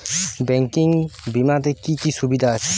Banking বিমাতে কি কি সুবিধা আছে?